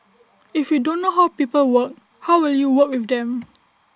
if you don't know how people work how will you work with them